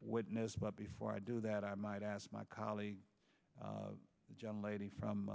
witness but before i do that i might ask my colleague john lady from